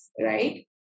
right